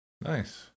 Nice